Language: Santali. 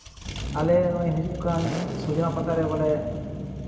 ᱟᱞᱮ ᱱᱚᱜᱼᱚᱭ ᱦᱤᱡᱩᱜ ᱠᱟᱱ ᱥᱚᱡᱽᱱᱟ ᱯᱟᱛᱟᱨᱮ ᱵᱚᱞᱮ